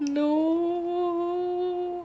no